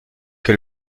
que